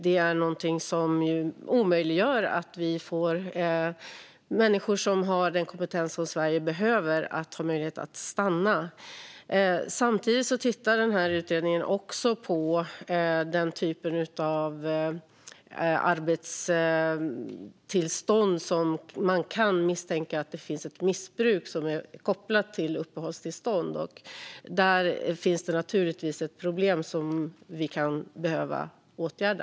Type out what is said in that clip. Det är någonting som omöjliggör för människor som har den kompetens som Sverige behöver att stanna. Samtidigt tittar utredningen på den typ av arbetstillstånd där man kan misstänka att det finns ett missbruk som är kopplat till uppehållstillstånd. Där finns det naturligtvis ett problem som vi kan behöva åtgärda.